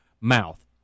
mouth